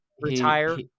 retire